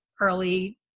early